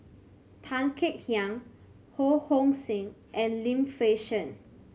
Tan Kek Hiang Ho Hong Sing and Lim Fei Shen